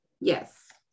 Yes